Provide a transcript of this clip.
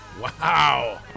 Wow